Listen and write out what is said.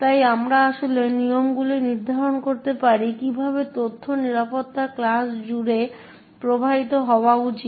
তাই আমরা আসলে নিয়মগুলি নির্ধারণ করতে পারি কীভাবে তথ্য নিরাপত্তা ক্লাস জুড়ে প্রবাহিত হওয়া উচিত